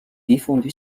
défendu